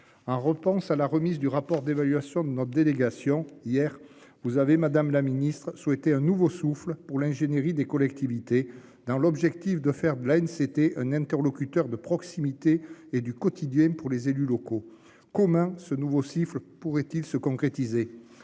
En réponse à la remise du rapport d'évaluation de notre délégation hier vous avez Madame la Ministre souhaiter un nouveau souffle pour l'ingénierie des collectivités dans l'objectif de faire de la haine. C'était un interlocuteur de proximité et du quotidien pour les élus locaux communs, ce nouveau siffle pourrait-il se concrétiser